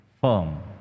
firm